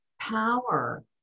power